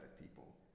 people